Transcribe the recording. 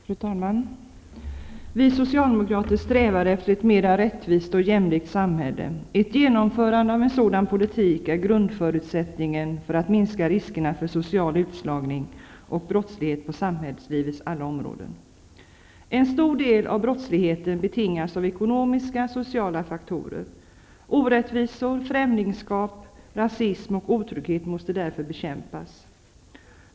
Fru talman! Vi socialdemokrater strävar efter ett mera rättvist och jämlikt samhälle. Ett genomförande av en sådan politik är grundförutsättningen för att minska riskerna för social utslagning och brottslighet på samhällslivets alla områden. En stor del av brottsligheten betingas av ekonomiska och sociala faktorer. Orättvisor, främlingskap, rasism och otrygghet måste därför bekämpas.